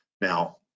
Now